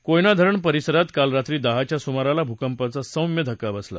कोयना धरण परिसरात काल रात्री दहाच्या सुमाराला भूक्यीचा सौम्य धक्का बसला